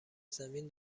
زمین